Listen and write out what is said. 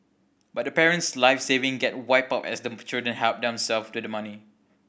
but the parent's life saving get wiped out as the children help themselves to the money